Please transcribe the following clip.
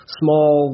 small